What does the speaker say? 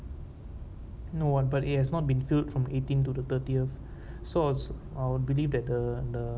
no what but it has not been filled from eighteen to the thirtieth so I will believe that the the